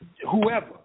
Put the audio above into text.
whoever